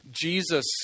Jesus